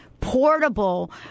portable